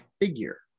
figure